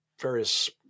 various